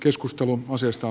keskustelun asioista